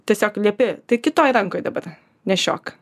tiesiog liepi tai kitoj rankoj dabar nešiok